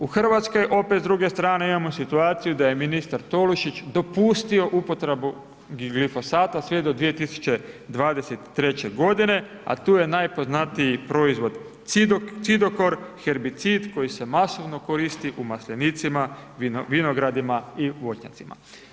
U Hrvatskoj opet s druge strane imamo situaciju da je ministar Tolušić dopustio upotrebu glifosata sve do 2023. godine a tu je najpoznatiji proizvod cidokor herbicid koji se masovno koristi u maslinicima, vinogradima i voćnjacima.